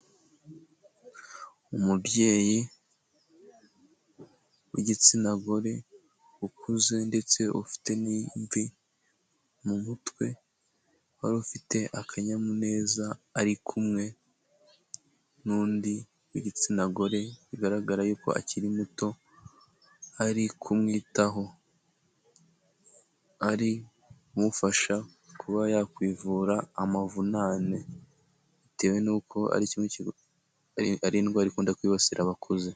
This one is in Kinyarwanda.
Umubyeyi w'igitsina gore ukuze ndetse ufite n'imvi mu mutwe wari ufite akanyamuneza ari kumwe n'undi w'igitsina gore bigaragara yuko akiri muto ari kumwitaho, ari kumufasha kuba yakwivura amavunane bitewe n'uko ari ari indwara ikunda kwibasira abakuze.